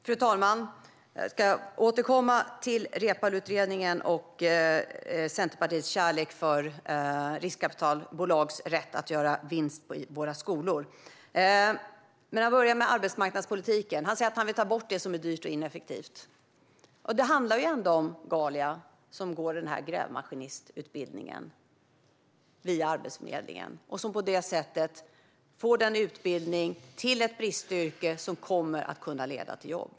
Fru talman! Jag ska återkomma till Reepaluutredningen och Centerpartiets kärlek för riskkapitalbolags rätt att göra vinst i våra skolor. Jag börjar med arbetsmarknadspolitiken. Emil Källström säger att han vill ta bort det som är dyrt och ineffektivt. Det handlar ändå om Ghalia som går grävmaskinistutbildningen via Arbetsförmedlingen och på det sättet får utbildning till ett bristyrke som kommer att kunna leda till jobb.